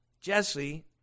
Jesse